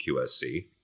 QSC